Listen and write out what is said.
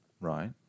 Right